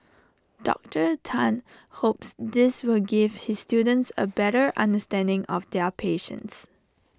Doctor Tan hopes this will give his students A better understanding of their patients